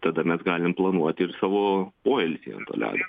tada mes galim planuoti ir savo poilsį ant to ledo